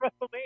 WrestleMania